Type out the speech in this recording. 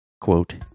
quote